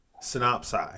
synopsis